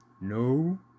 No